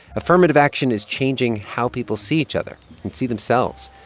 affirmative action is changing how people see each other and see themselves.